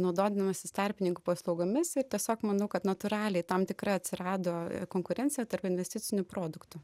naudodamasis tarpininkų paslaugomis ir tiesiog manau kad natūraliai tam tikra atsirado konkurencija tarp investicinių produktų